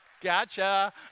Gotcha